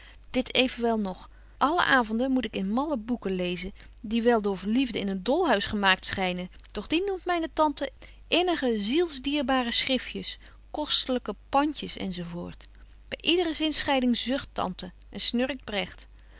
dit evenwel nog alle avonden moet ik in malle boeken lezen die wel door verliefden in een dolhuis gemaakt schynen doch die noemt myne tante innige zielsdierbare schriftjes kostelyke pandjes enz by ydere zinscheiding zucht tante